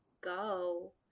go